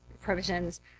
provisions